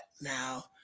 now